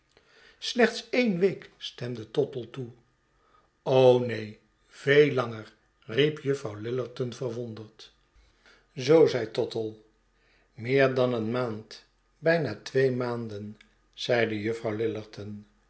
slechts een week stemde tottle toe neen veel langer riep juffrouw lillerton verwonderd zoo zei tottle meer dan een maand bijna twee maanden zeide juffrouw